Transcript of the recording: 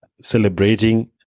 celebrating